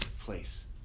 place